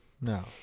no